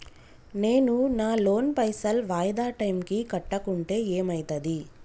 నేను నా లోన్ పైసల్ వాయిదా టైం కి కట్టకుంటే ఏమైతది?